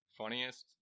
funniest